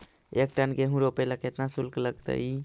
एक टन गेहूं रोपेला केतना शुल्क लगतई?